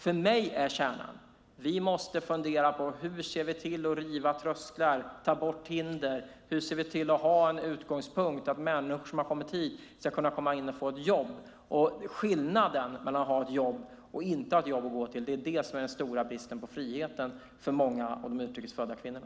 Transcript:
För mig är kärnan att vi måste fundera på hur vi ser till att riva trösklar och ta bort hinder. Hur ser vi till att ha en utgångspunkt så att människor som har kommit hit ska kunna komma in och få ett jobb? Skillnaden mellan att ha ett jobb att gå till och inte ha det är det som är den stora bristen på frihet för många av de utrikes födda kvinnorna.